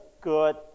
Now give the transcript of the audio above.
good